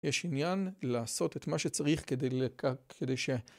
יש עניין לעשות את מה שצריך כדי ש...